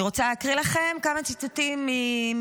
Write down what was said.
אני רוצה להקריא לכם כמה ציטוטים ממה